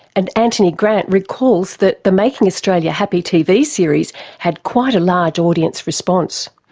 and anthony grant recalls that the making australia happy tv series had quite a large audience response.